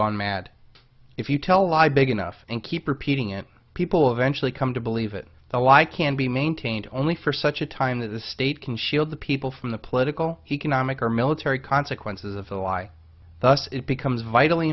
gone mad if you tell a lie big enough and keep repeating it people eventually come to believe it a lie can be maintained only for such a time that the state can shield the people from the political economic or military consequences of the lie thus it becomes vitally